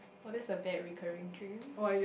!wah! that's the bad recurring dream